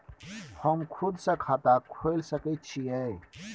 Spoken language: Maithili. हम खुद से खाता खोल सके छीयै?